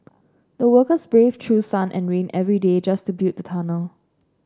the workers braved through sun and rain every day just to build the tunnel